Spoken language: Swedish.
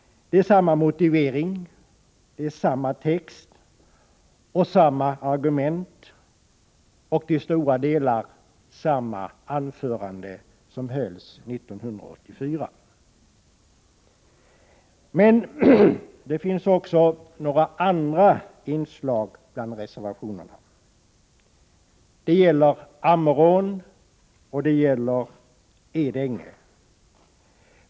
Det är samma motivering, det är samma text, samma argument och till stora delar samma anföranden som 1984. Men det finns också andra inslag i reservationerna. Det gäller Ammerån, och det gäller Edänge.